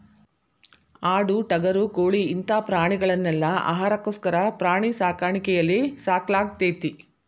ಆಡು ಟಗರು ಕೋಳಿ ಇಂತ ಪ್ರಾಣಿಗಳನೆಲ್ಲ ಆಹಾರಕ್ಕೋಸ್ಕರ ಪ್ರಾಣಿ ಸಾಕಾಣಿಕೆಯಲ್ಲಿ ಸಾಕಲಾಗ್ತೇತಿ